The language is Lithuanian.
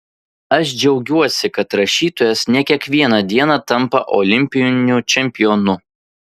aš džiaugiuosi kad rašytojas ne kiekvieną dieną tampa olimpiniu čempionu